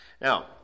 Now